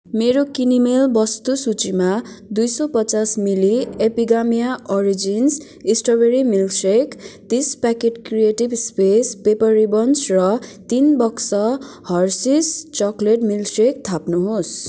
मेरो किनमेल वस्तुसूचीमा दुई सौ पचास milli Epigamia Origins strawberry milkshake तिस packet creative space paper ribbons र तिन बाकस हर्सेस चकलेट मिल्क सेक थप्नुहोस्